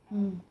mm